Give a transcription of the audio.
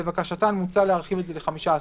לבקשתן מוצע להרחיב את זה ל-15%,